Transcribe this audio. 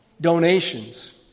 donations